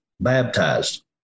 baptized